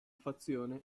fazione